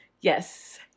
Yes